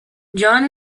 john